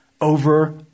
over